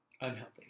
Unhealthy